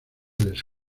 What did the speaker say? les